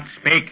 speak